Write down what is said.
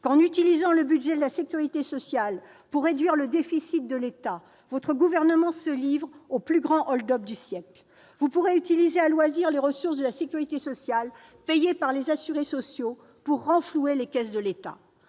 « En utilisant le budget de la sécurité sociale pour réduire le déficit de l'État, votre gouvernement se livre au plus grand hold-up du siècle. » Vous pourrez utiliser à loisir les ressources de la sécurité sociale, payées par les assurés sociaux, pour renflouer les caisses de l'État.